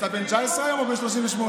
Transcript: אתה בן 19 היום או בן 38?